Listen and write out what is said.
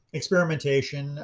experimentation